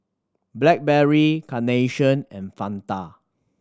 Blackberry Carnation and Fanta